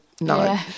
no